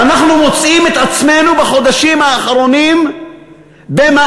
ואנחנו מוצאים את עצמנו בחודשים האחרונים במאבק: